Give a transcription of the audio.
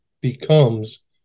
becomes